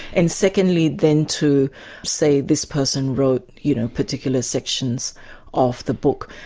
and secondly then to say this person wrote you know particular sections of the book.